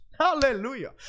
Hallelujah